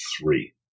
three